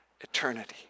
eternity